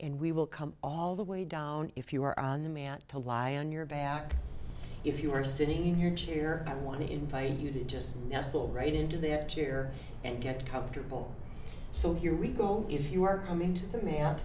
and we will come all the way down if you were on the man to lie on your back if you were sitting in your chair i want to invite you to just yes all right into their chair and get comfortable so you're really go if you are coming to the man